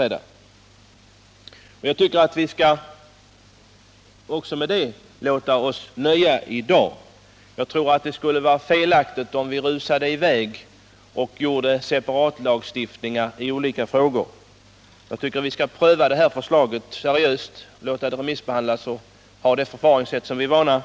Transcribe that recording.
Också när det gäller denna fråga tycker jag att vi skall låta oss nöja med detta i dag. Jag tror att det skulle vara felaktigt om vi rusade i väg och gjorde separatlagstiftningar i olika frågor. Jag tycker därför att vi skall pröva det här förslaget seriöst, remissbehandla det och ha det förfaringssätt som vi är vana